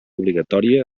obligatòria